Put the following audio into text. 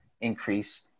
increase